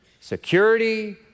Security